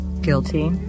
Guilty